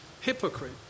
hypocrite